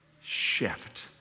shift